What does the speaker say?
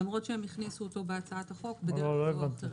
למרות שהם הכניסו אותו בהצעת החוק בדרך כזו או אחרת.